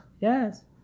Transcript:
Yes